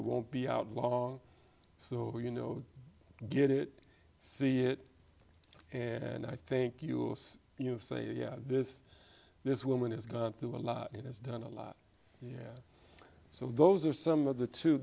it won't be out long so you know get it see it and i think you you know say yeah this this woman has gone through a lot and it's done a lot yeah so those are some of the t